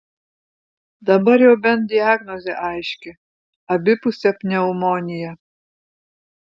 dabar jau bent diagnozė aiški abipusė pneumonija